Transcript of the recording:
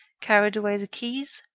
carried away the keys,